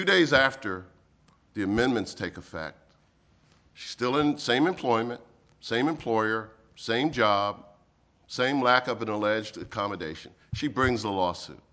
two days after the amendments take effect she still in same employment same employer same job same lack of an alleged accommodation she brings a lawsuit